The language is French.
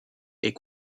est